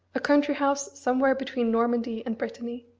a country-house somewhere between normandy and brittany.